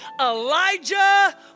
Elijah